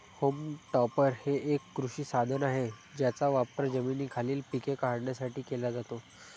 home टॉपर हे एक कृषी साधन आहे ज्याचा वापर जमिनीखालील पिके काढण्यासाठी केला जातो